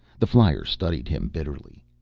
the flyer studied him bitterly.